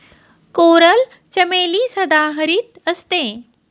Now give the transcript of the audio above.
coral चमेली सदाहरित असते